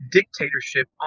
dictatorship